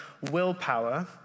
willpower